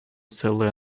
целые